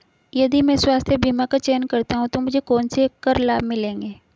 यदि मैं स्वास्थ्य बीमा का चयन करता हूँ तो मुझे कौन से कर लाभ मिलेंगे?